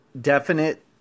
Definite